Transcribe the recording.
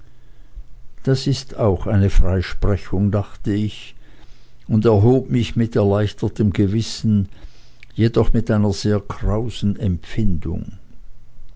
das ist auch eine freisprechung dachte ich und erhob mich mit erleichtertem gewissen jedoch mit einer sehr krausen empfindung